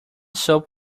soap